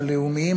הלאומיים,